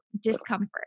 discomfort